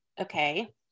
Okay